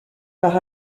par